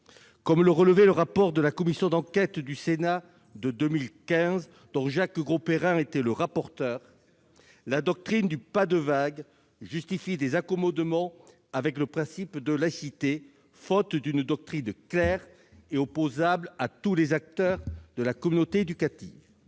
Comme le relevait le rapport de la commission d'enquête du Sénat de 2015, dont Jacques Grosperrin était le rapporteur, « la doctrine du " pas de vague " justifie des accommodements avec le principe de laïcité, faute d'une doctrine claire et opposable à tous les acteurs de la communauté éducative